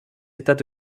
états